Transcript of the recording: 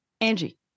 Angie